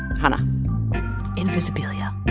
hanna invisibilia